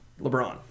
LeBron